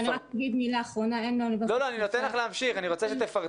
אם תוכלי לפרט